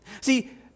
See